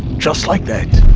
just like that.